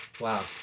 Wow